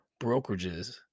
brokerages